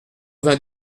vingt